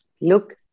look